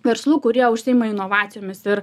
verslų kurie užsiima inovacijomis ir